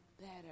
better